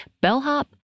bellhop